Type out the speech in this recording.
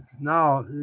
now